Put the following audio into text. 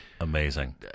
amazing